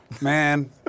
Man